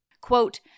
Quote